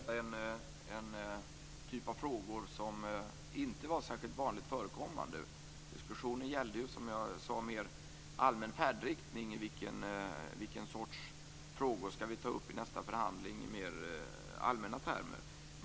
Herr talman! I diskussionerna i Genève var denna typ av frågor inte särskilt vanligt förekommande. Diskussionen gällde, som jag sade, en mer allmän färdriktning och vilken sorts frågor vi skulle ta upp i nästa förhandling i mer allmänna termer.